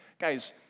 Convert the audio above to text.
Guys